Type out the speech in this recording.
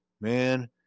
man